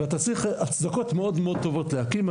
אתה צריך הצדקות מאוד טובות כדי להקים.